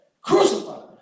crucified